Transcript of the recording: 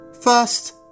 First